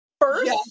first